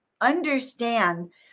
understand